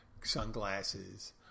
sunglasses